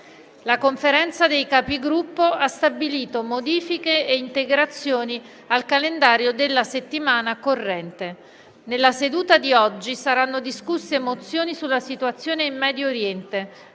La Conferenza dei Capigruppo ha stabilito modifiche e integrazioni al calendario della settimana corrente. Nella seduta di oggi saranno discusse mozioni sulla situazione in Medio Oriente